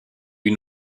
une